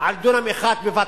על דונם אחד בבת-אחת.